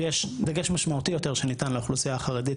ויש דגש משמעותי יותר שניתן לאוכלוסייה החרדית